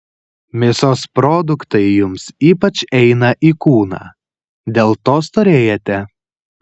mėsos produktai jums ypač eina į kūną dėl to storėjate